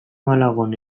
malagon